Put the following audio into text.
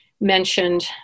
mentioned